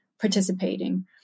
participating